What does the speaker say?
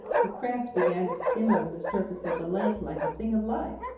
the craft began to skim over the surface of the lake like a thing of life.